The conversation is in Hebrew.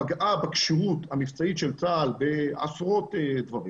פגעה בכשירות המבצעית של צה"ל בעשרות דברים,